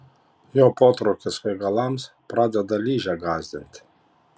jo potraukis svaigalams pradeda ližę gąsdinti